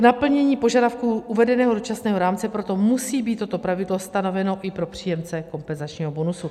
K naplnění požadavků uvedeného dočasného rámce proto musí být toto pravidlo stanoveno i pro příjemce kompenzačního bonusu.